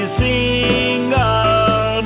single